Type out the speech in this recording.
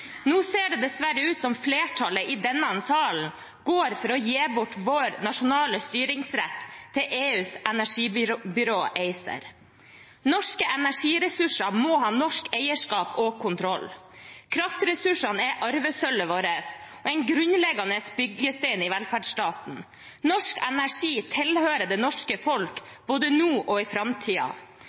Nå ser det dessverre ut som om flertallet i denne sal går inn for å gi bort vår nasjonale styringsrett til EUs energibyrå ACER. Norske energiressurser må ha norsk eierskap og kontroll. Kraftressursene er arvesølvet vårt og en grunnleggende byggestein i velferdsstaten. Norsk energi tilhører det norske folk, både nå og i